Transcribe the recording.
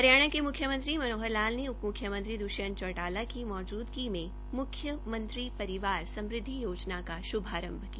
हरियाणा के मुख्यमंत्री मनोहर लाल ने उप मुख्यमंत्री द्ष्यंत चौटाला की मौजूदगी मे म्ख्यमंत्री परिवार समृद्वि योजना का श्भारंभ किया